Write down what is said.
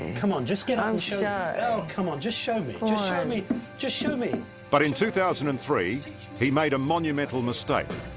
and come on. just get on. come on. just show me me just show me but in two thousand and three he made a monumental mistake